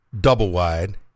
double-wide